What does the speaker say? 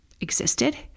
Existed